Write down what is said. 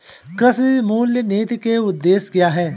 कृषि मूल्य नीति के उद्देश्य क्या है?